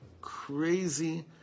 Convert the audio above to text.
crazy